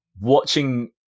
watching